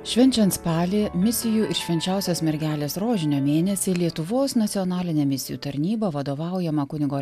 švenčiant spalį misijų ir švenčiausios mergelės rožinio mėnesį lietuvos nacionalinė misijų tarnyba vadovaujama kunigo